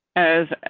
as,